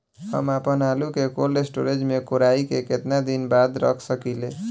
हम आपनआलू के कोल्ड स्टोरेज में कोराई के केतना दिन बाद रख साकिले?